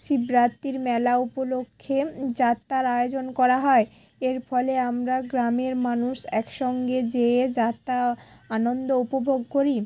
শিবরাত্রির মেলা উপলক্ষে যাত্তার আয়োজন করা হয় এর ফলে আমরা গ্রামের মানুষ একসঙ্গে যেয়ে যাত্রা আনন্দ উপভোগ করি